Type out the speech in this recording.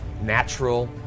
Natural